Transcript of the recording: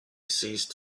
ceased